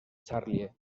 charlie